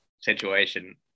situation